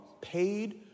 paid